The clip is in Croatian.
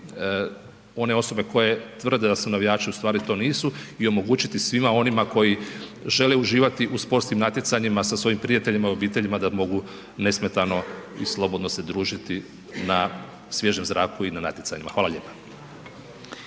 one osobe koje tvrde da su navijači a ustvari to nisu i omogućiti svima onima koji žele uživati u sportskim natjecanjima sa svojim prijateljima i obiteljima, da mogu nesmetano i slobodno se družiti na svježem zraku i na natjecanjima. Hvala lijepa.